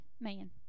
man